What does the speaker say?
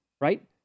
right